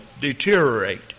deteriorate